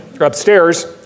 upstairs